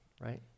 right